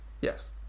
Yes